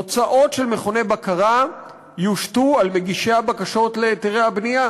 הוצאות של מכוני בקרה יושתו על מגישי הבקשות להיתרי הבנייה.